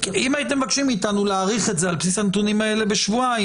אם הייתם מבקשים מאיתנו להעריך את זה על בסיס הנתונים האלה בשבועיים,